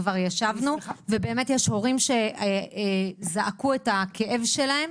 יש הורים שזעקו את הכאב שלהם.